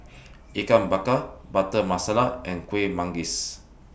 Ikan Bakar Butter Masala and Kuih Manggis